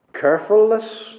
Carefulness